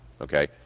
okay